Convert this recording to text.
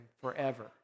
forever